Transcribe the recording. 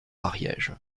ariège